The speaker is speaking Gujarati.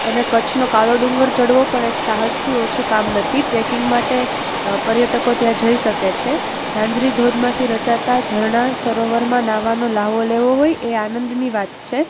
અને કચ્છનો કાળો ડુંગર ચઢવો પણ એક સાહસથી ઓછું કામ નથી ટ્રેકિંગ માટે પર્યટકો ત્યાં જઈ શકે છે ઝાંઝરી ધોધમાંથી રચાતાં ઝરણા સરોવરમાં નાહવાનો લાહ્વો લેવો હોય એ આનંદની વાત છે